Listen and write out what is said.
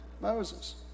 Moses